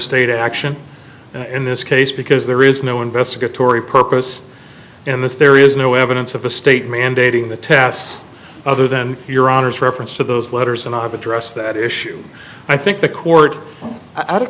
state action in this case because there is no investigatory purpose in this there is no evidence of a state mandating the tests other than your honors reference to those letters and i have addressed that issue i think the court out of